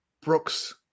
brooks